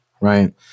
Right